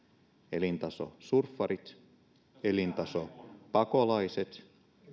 elintasosurffarit elintasopakolaiset